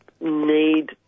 need